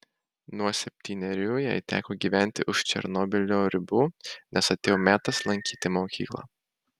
nuo septynerių jai teko gyventi už černobylio ribų nes atėjo metas lankyti mokyklą